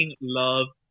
love